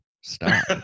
stop